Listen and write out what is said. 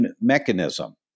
mechanism